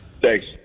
Thanks